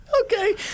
Okay